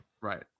Right